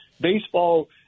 baseball